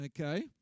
Okay